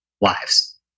lives